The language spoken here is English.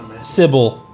Sybil